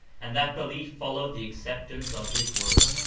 and that belief followed the acceptance of his word.